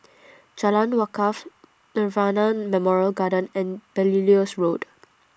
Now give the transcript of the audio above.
Jalan Wakaff Nirvana Memorial Garden and Belilios Road